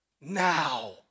now